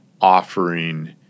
offering